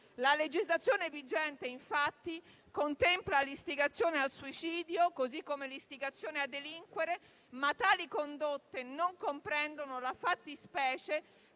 La legislazione vigente, infatti, contempla l'istigazione al suicidio, così come l'istigazione a delinquere, ma tali condotte non comprendono la fattispecie